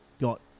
got